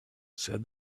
said